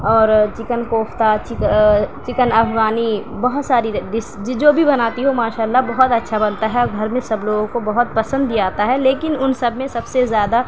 اور chicken kofta chicken افغانی بہت ساری ڈش جو بھی بناتی ہوں ماشاء اللہ بہت اچھا بنتا ہے گھر میں سب لوگوں کو بہت پسند بھی آتا ہے لیکن ان سب میں سب سے زیادہ